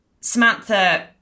Samantha